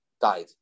died